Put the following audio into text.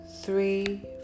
three